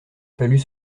fallut